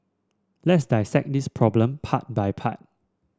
let's dissect this problem part by part